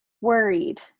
worried